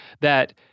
that-